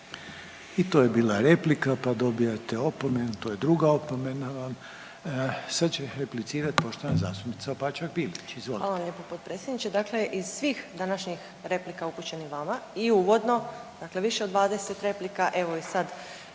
I to je bila replika, pa dobijate opomenu, to je druga opomena vam. Sad će replicirati poštovana zastupnica Opačak Bilić. Izvolite. **Opačak Bilić, Marina (Nezavisni)** Hvala lijepo potpredsjedniče. Dakle iz svih današnjih replika upućenih vama i uvodno, dakle više od 20 replika evo i sad